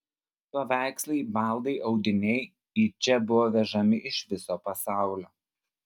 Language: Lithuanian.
paveikslai baldai audiniai į čia buvo vežami iš viso pasaulio